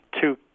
two